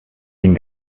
den